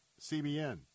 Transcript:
CBN